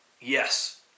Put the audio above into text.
yes